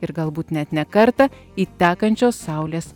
ir galbūt net ne kartą į tekančios saulės